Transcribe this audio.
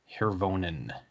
Hervonen